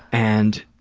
and,